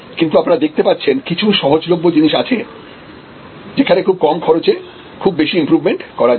কিন্তু আপনারা দেখতে পাচ্ছেন কিছু সহজলভ্য জিনিস আছে যেখানে খুব কম খরচে খুব বেশি ইমপ্রুভমেন্ট করা যায়